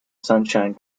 sunshine